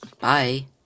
bye